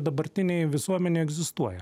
dabartinėj visuomenėj egzistuoja